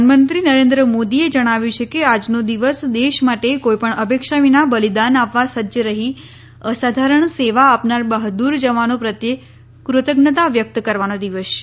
પ્રધાનમંત્રી નરેન્દ્ર મોદીએ જણાવ્યું છે કે આજનો દિવસ દેશ માટે કોઈપણ અપેક્ષા વિના બલિદાન આપવા સજ્જ રહી અસાધારણ સેવા આપનાર બહાદૂર જવાનો પ્રત્યે કૃતજ્ઞતા વ્યકત કરવાનો દિવસ છે